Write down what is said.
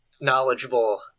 knowledgeable